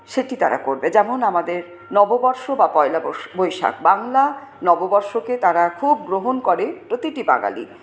সেটি তারা করবে যেমন আমাদের নববর্ষ বা পয়লা বৈশ বৈশাখ বাংলা নববর্ষকে তারা খুব গ্রহণ করে প্রতিটি বাঙালি